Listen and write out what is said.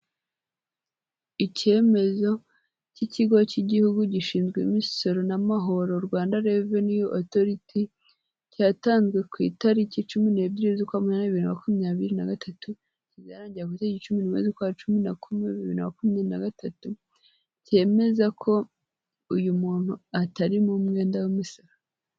Icyemezo cy'ikigo cy'igihugu gishinzwe imisoro n'amahoro Rwanda Reveni Otoriti cyatanzwe ku itariki cumi n'ebyiri z'ukwa munani bibiri na makumyabiri na gatatu, kizarangira ku itariki cumi n'imwe z'ukwa cumi na kumwe bibiri na makumyabiri na gatatu, cyemeza ko uyu muntu atarimo umwenda w'umusoro.